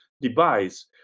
device